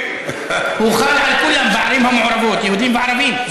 הוא חל על כולם בערים המעורבות, יהודים וערבים.